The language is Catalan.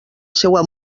seua